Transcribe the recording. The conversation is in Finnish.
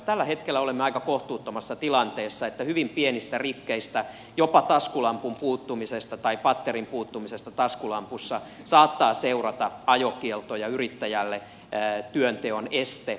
tällä hetkellä olemme aika kohtuuttomassa tilanteessa että hyvin pienistä rikkeistä jopa patterin puuttumisesta taskulampussa saattaa seurata ajokielto ja yrittäjälle työnteon este